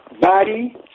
Body